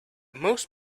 most